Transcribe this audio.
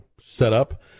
setup